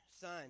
Son